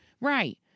right